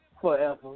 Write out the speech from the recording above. forever